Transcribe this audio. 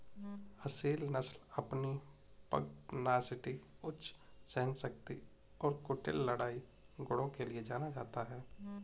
असील नस्ल अपनी पगनासिटी उच्च सहनशक्ति और कुटिल लड़ाई गुणों के लिए जाना जाता है